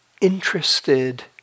interested